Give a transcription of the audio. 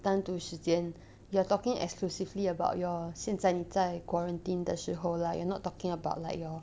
单独时间 you're talking exclusively about your 现在你在 quarantine 的时候 lah you're not talking about like your